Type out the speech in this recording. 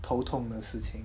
头痛的事情